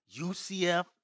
UCF